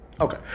Okay